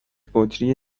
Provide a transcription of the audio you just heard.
بطری